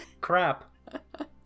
Crap